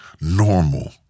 normal